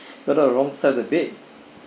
whether the wrong side of the bed